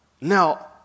Now